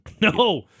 No